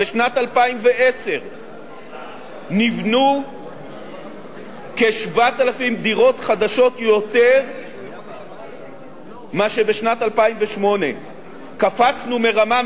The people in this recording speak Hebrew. בשנת 2010 נבנו כ-7,000 דירות חדשות יותר מאשר בשנת 2008. קפצנו מרמה,